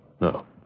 No